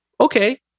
Okay